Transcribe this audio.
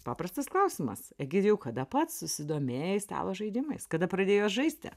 paprastas klausimas egidijau kada pats susidomėjai stalo žaidimais kada pradėjot žaisti